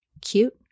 cute